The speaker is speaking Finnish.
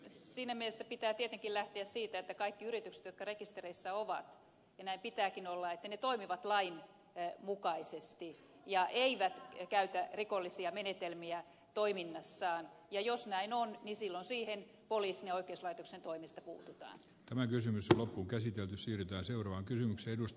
siinä mielessä pitää tietenkin lähteä siitä että kaikki yritykset jotka rekistereissä ovat ja näin pitääkin olla toimivat lainmukaisesti eivätkä käytä rikollisia menetelmiä toiminnassaan ja jos näin ei tapahdu niin silloin siihen poliisin ja oikeuslaitoksen toimesta asiaan puututaan tämä kysymys on loppuun käsitelty siirtää seuraavaan kysymykseen dust